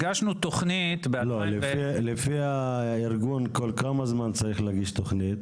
הגשנו תוכנית ב-2010 -- לפי הארגון כל כמה זמן צריך להגיש תוכנית?